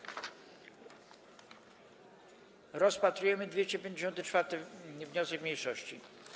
Rozpatrujemy 254. wniosek mniejszości.